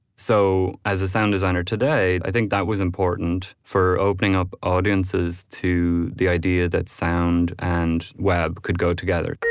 so as a sound designer today i think that was important for opening up audiences to the idea that sound and web could go together.